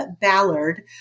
Ballard